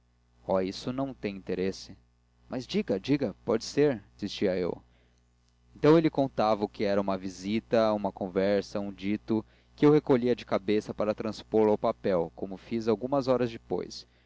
oh isso não tem interesse mas diga diga pode ser insistia eu então ele contava o que era uma visita uma conversa um dito que eu recolhia de cabeça para transpô lo ao papel como fiz algumas horas depois